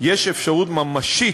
יש אפשרות ממשית,